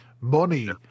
money